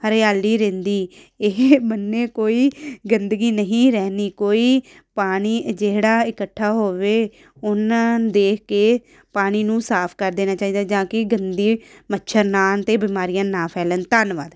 ਹਰਿਆਲੀ ਰਹਿੰਦੀ ਇਹ ਮੰਨੇ ਕੋਈ ਗੰਦਗੀ ਨਹੀਂ ਰਹਿੰਦੀ ਕੋਈ ਪਾਣੀ ਜਿਹੜਾ ਇਕੱਠਾ ਹੋਵੇ ਉਨ੍ਹਾਂ ਦੇਖ ਕੇ ਪਾਣੀ ਨੂੰ ਸਾਫ ਕਰ ਦੇਣਾ ਚਾਹੀਦਾ ਜਾਂ ਕਿ ਗੰਦੇ ਮੱਛਰ ਨਾ ਆਉਣ ਅਤੇ ਬਿਮਾਰੀਆਂ ਨਾ ਫੈਲਣ ਧੰਨਵਾਦ